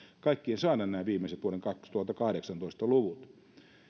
kaikkien saada nämä viimeiset vuoden kaksituhattakahdeksantoista luvut